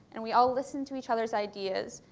and we all listened to each other's ideas.